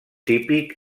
típic